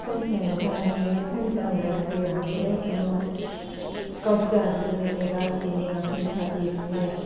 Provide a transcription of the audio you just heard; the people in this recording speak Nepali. सानो सानो हुँदा हामीले सानो सानो हुँदाखेरि चाहिँ हामीले कबिताहरू लेखेर दिने गर्थ्यो साथीहरूलाई